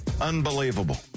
unbelievable